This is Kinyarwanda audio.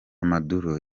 maduro